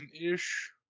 ish